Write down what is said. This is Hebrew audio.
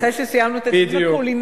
אחרי שסיימנו את הדיון הקולינרי,